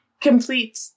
complete